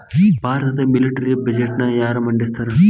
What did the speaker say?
ಭಾರತದ ಮಿಲಿಟರಿ ಬಜೆಟ್ನ ಯಾರ ಮಂಡಿಸ್ತಾರಾ